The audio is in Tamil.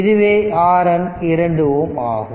இதுவே RN 2 Ω ஆகும்